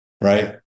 right